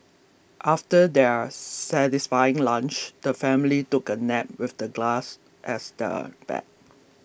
after their satisfying lunch the family took a nap with the grass as their bed